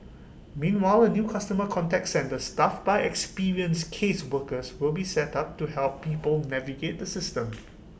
meanwhile A new customer contact centre staffed by experienced caseworkers will be set up to help people navigate the system